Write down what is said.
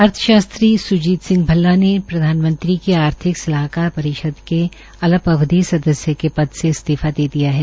अर्थशास्त्री सुनील सिंह भल्ला ने प्रधानमंत्री की आर्थिक सलाहकार परिषद के अल्प अवधि सदस्य के पद से इस्तीफा दे दिया है